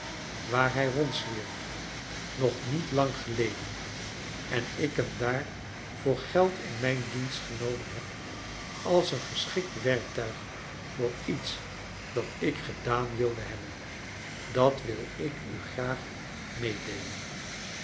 waar hij rondzwierf nog niet lang geleden en ik hem daar voor geld in mijn dienst genomen heb als een geschikt werktuig voor iets dat ik gedaan wilde hebben dat wil ik u graag meedeelen